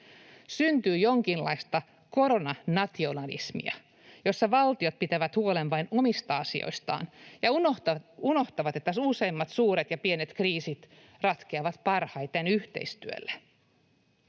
Syntyy jonkinlaista koronanationalismia, jossa valtiot pitävät huolen vain omista asioistaan ja unohtavat, että useimmat suuret ja pienet kriisit ratkeavat parhaiten yhteistyöllä.